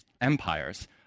empires